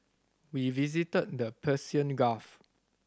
we visited the Persian Gulf